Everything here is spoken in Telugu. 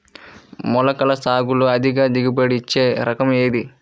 మొలకల సాగులో అధిక దిగుబడి ఇచ్చే రకం ఏది?